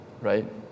right